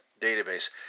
database